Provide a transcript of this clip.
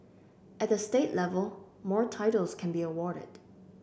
at the state level more titles can be awarded